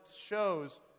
shows